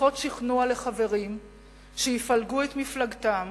שיחות שכנוע לחברים שיפלגו את מפלגתם